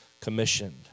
commissioned